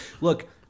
look